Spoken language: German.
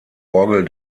orgel